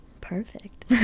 Perfect